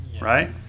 right